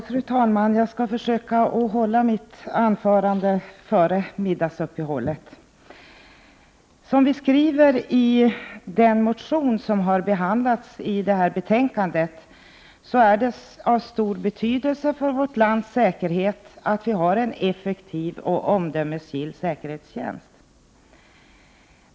Fru talman! Jag skall försöka hålla mitt anförande före middagsuppehållet. Som vi skriver i den motion som har behandlats i detta betänkande, är det av stor betydelse för vårt lands säkerhet att vi har en effektiv och omdömesgill säkerhetstjänst.